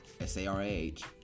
S-A-R-A-H